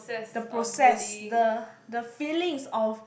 the process the the feelings of